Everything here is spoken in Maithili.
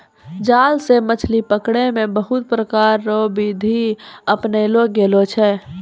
जाल से मछली पकड़ै मे बहुत प्रकार रो बिधि अपनैलो गेलो छै